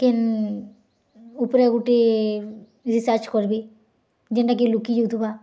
କେନ୍ ଉପରେ ଗୁଟେ ରିସର୍ଚ୍ଚ କର୍ବି ଯେନ୍ତା କି ଲୁକି ଯାଉଥିବା